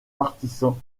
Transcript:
partisan